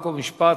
חוק ומשפט,